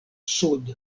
sud